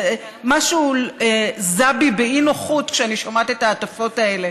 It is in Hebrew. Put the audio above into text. משהו זע בי באי-נוחות כשאני שומעת את ההטפות האלה